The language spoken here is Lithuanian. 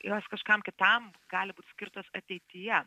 jos kažkam kitam gali būt skirtos ateityje